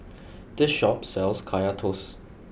this shop sells Kaya Toast